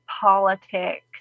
politics